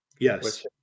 Yes